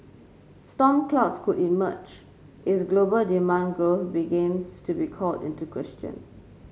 storm clouds could emerge if global demand growth begins to be called into question